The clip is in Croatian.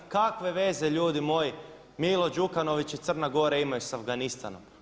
Kakve veze ljudi moji Milo Đukanović i Crna Gora imaju sa Afganistanom?